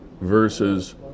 versus